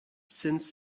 since